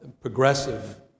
progressive